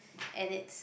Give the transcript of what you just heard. and it's